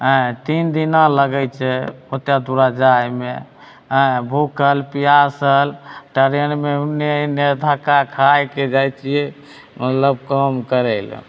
आयँ तीन दिना लगैत छै ओतेक दूरा जाइमे आयँ भूखल पिआसल टरेनमे एन्ने ओन्ने धक्का खाइके जाइत छियै मतलब काम करै लऽ